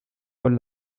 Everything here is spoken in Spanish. con